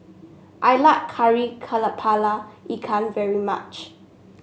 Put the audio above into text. I like Kari kepala Ikan very much